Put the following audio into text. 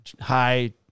high